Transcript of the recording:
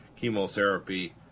chemotherapy